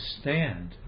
stand